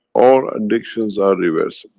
all addictions are reversible.